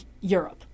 Europe